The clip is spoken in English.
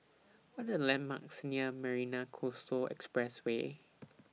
What Are The landmarks near Marina Coastal Expressway